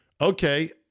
okay